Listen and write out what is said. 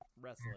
wrestling